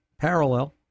parallel